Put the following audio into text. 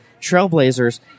trailblazers